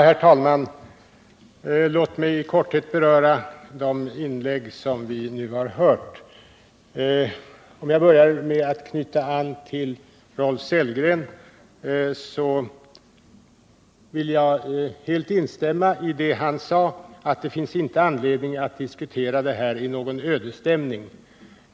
Herr talman! Låt mig kort beröra de inlägg vi nu lyssnat till. Jag börjar med att knyta an till vad Rolf Sellgren anfört. Jag instämmer helt i hans uttalande att det inte finns anledning att diskutera detta i någon ödesstämning.